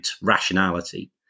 rationality